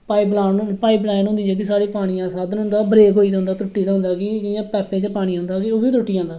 pipe line होंदी जेह्की साढ़ी पानियै दा साघन होंदा जेहड़ा त्रुट्टी गेदा होंदा कि पाइपें च पानी होंदा ओह्बी त्रुट्टी जंदा